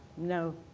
no